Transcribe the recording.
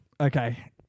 Okay